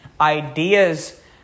ideas